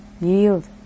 yield